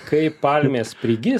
kai palmės prigis